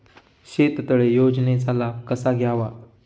शेततळे योजनेचा लाभ कसा घ्यावा?